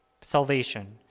salvation